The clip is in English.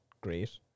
great